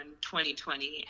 2020